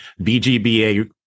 BGBA